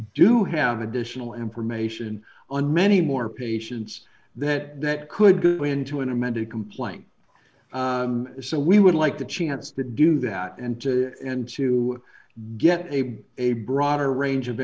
do have additional information on many more patients that that could go into an amended complaint so we would like the chance to do that and to and to get a a broader range of